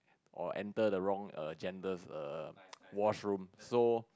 or enter the wrong err gender's err washroom so